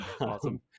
awesome